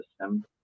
system